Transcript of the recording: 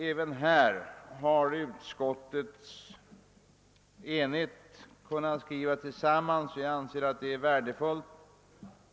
Även i detta avseende har utskottet samlat sig kring en enhällig skrivning, vilket jag anser vara värdefullt.